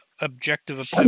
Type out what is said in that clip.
objective